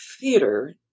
theater